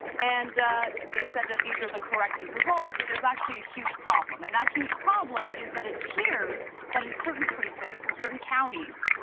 and they said that these are the corrected results, but there's actually a huge problem and that huge problem is that it appears that in certain precincts and certain counties,